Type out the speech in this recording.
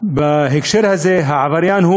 בהקשר הזה, מיהו העבריין?